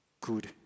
good